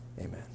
Amen